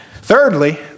thirdly